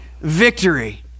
victory